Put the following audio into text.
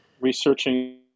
researching